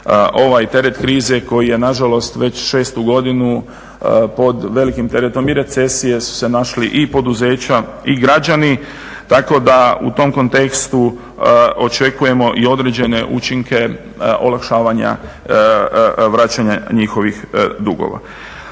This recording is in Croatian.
ovaj teret krize koji je na žalost već šestu godinu pod velikim teretom i recesije su se našli i poduzeća i građani, tako da u tom kontekstu očekujemo i određene učinke olakšavanja vraćanja njihovih dugova.